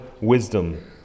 wisdom